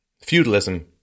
feudalism